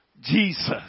Jesus